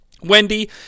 Wendy